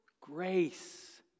grace